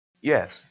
Yes